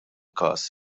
każ